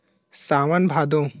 सावन भादो